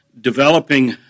developing